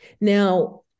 Now